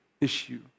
issue